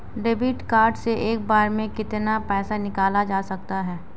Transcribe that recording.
Debit card से एक बार में कितना पैसा निकाला जा सकता है?